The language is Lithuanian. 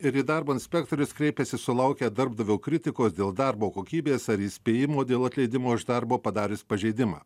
ir į darbo inspektorius kreipiasi sulaukę darbdavio kritikos dėl darbo kokybės ar įspėjimo dėl atleidimo iš darbo padarius pažeidimą